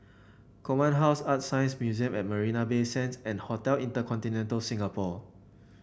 Command House ArtScience Museum at Marina Bay Sands and Hotel InterContinental Singapore